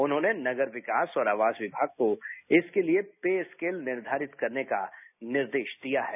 उन्होंने नगर विकास और आवास विभाग को इसके लिए पे स्केल निर्धारित करने का निर्देश दिया है